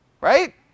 right